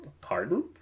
Pardon